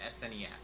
SNES